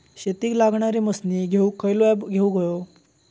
शेतीक लागणारे मशीनी घेवक खयचो ऍप घेवक होयो?